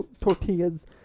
tortillas